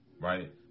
right